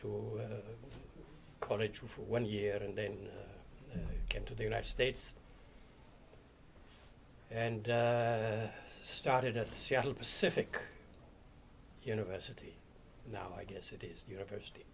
to college for one year and then came to the united states and started at seattle pacific university now i guess it is university